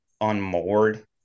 unmoored